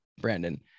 Brandon